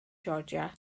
georgia